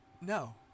no